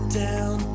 down